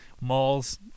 malls